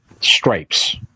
stripes